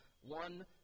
One